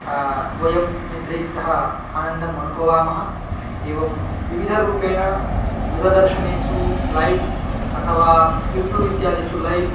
वयं मित्रैस्सह आनन्दम् अनुभवामः एवं विविधरूपेण दूरदर्शनेषु लैव् अथवा यूटूब् इत्यादिषु लैव्